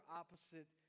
opposite